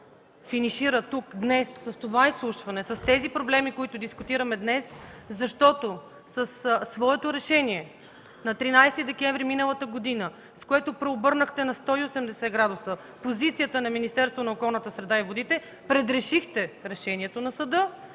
финишира тук днес с това изслушване, с тези проблеми, които дискутираме днес, защото със своето решение на 13 декември миналата година, с което преобърнахте на 180 градуса позицията на Министерството на околната среда и водите, предрешихте решението на съда